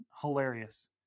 hilarious